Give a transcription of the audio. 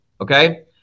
okay